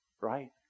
right